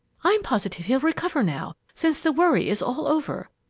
i'm positive he'll recover now, since the worry is all over.